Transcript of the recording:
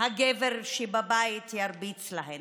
הגבר שבבית ירביץ להן,